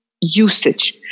usage